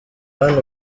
hano